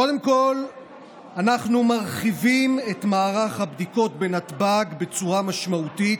קודם כול אנחנו מרחיבים את מערך הבדיקות בנתב"ג בצורה משמעותית.